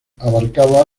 abarcaba